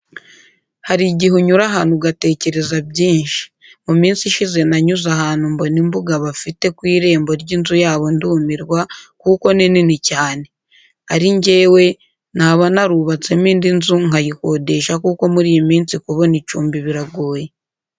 Hari igihe unyura ahantu ugatekereza byinshi. Mu minsi ishize nanyuze ahantu mbona imbuga bafite ku irembo ry'inzu yabo ndumirwa kuko ni nini cyane. Ari njyewe naba narubatsemo indi nzu nkayikodesha kuko muri iyi minsi kubona icumbi biragoye.